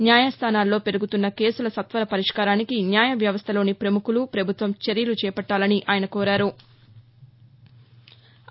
న్యాయస్థానాల్లో పెరుగుతున్న కేసుల సత్వర పరిష్కారానికి న్యాయ వ్యవస్థలోని ప్రముఖులు పభుత్వం చర్యలు చేపట్టాలని ఆయన కోరారు